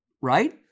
right